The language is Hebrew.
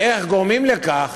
איך גורמים לכך